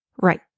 Right